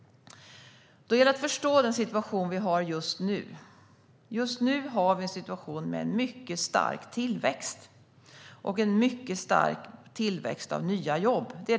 Då gäller det att förstå den situation som vi har just nu. Nu har vi en situation med mycket stark tillväxt av nya jobb.